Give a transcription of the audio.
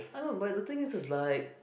I know but the thing is was like